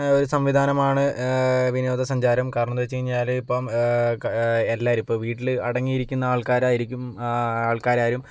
ഒരു സംവിധാനമാണ് വിനോദസഞ്ചാരം കാരണം എന്താന്ന് വെച്ച് കഴിഞ്ഞാല് ഇപ്പം എല്ലാവരും ഇപ്പം വീട്ടില് അടങ്ങിയിരിക്കുന്ന ആൾക്കാരായിരിക്കും ആൾക്കാരാരും